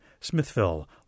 Smithville